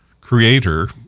creator